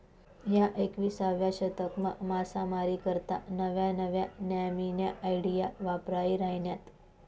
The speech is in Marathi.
ह्या एकविसावा शतकमा मासामारी करता नव्या नव्या न्यामीन्या आयडिया वापरायी राहिन्यात